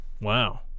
Wow